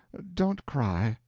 don't cry.